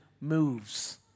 moves